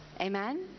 Amen